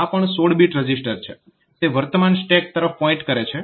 આ પણ 16 bit register છે તે વર્તમાન સ્ટેક તરફ પોઇન્ટ કરે છે